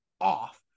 off